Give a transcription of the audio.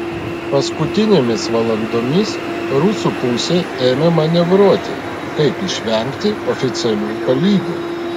paskutinėmis valandomis rusų pusė ėmė manevruoti kaip išvengti oficialių palydų